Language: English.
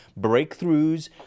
breakthroughs